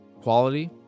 quality